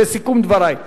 לסיכום דברי,